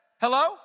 Hello